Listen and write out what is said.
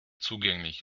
zugänglich